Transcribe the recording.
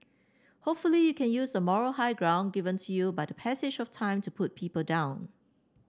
hopefully you can use a moral high ground given to you but the passage of time to put people down